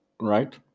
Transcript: right